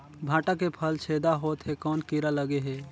भांटा के फल छेदा होत हे कौन कीरा लगे हे?